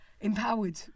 empowered